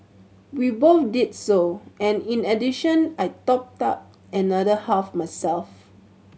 we both did so and in addition I topped up another half myself